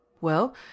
Well